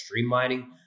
streamlining